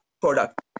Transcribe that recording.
product